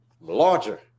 larger